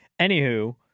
Anywho